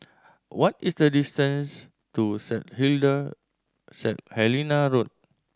what is the distance to Set Set Helena Road